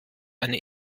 eine